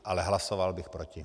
Ale hlasoval bych proti.